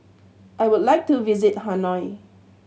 I would like to visit Hanoi